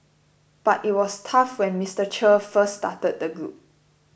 but it was tough when Mister Che first started the group